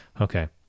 Okay